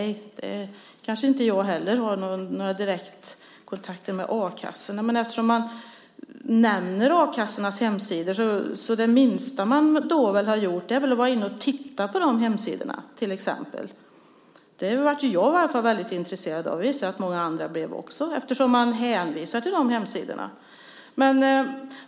Jag har kanske inte heller några direkta kontakter med a-kassorna. Men eftersom man nämner a-kassornas hemsidor är väl det minsta man kan ha gjort att ha varit inne och tittat på de hemsidorna. Det blev i alla fall jag väldigt intresserad av, och det gissar jag att många andra blev också. Man hänvisar ju till de hemsidorna.